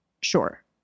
sure